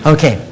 Okay